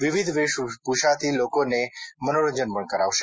વિવિધ વેશભૂષાથી લોકોને મનોરંજન પણ કરાવશે